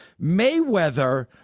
Mayweather